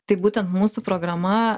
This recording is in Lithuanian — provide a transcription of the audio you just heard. tai būtent mūsų programa